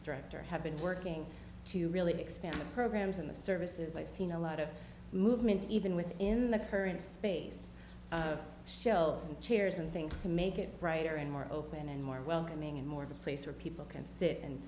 director have been working to really expand the programs in the services i've seen a lot of movement even within the current space shells and chairs and things to make it brighter and more open and more welcoming and more of a place where people can sit and